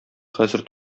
хәзер